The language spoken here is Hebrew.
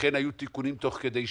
ולכן היו תיקונים תוך כדי שנה.